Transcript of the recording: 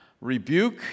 rebuke